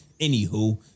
Anywho